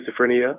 schizophrenia